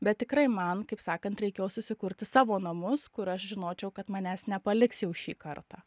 bet tikrai man kaip sakant reikėjo susikurti savo namus kur aš žinočiau kad manęs nepaliks jau šį kartą